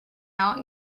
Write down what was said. out